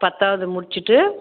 பத்தாவது முடிச்சுட்டு